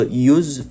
use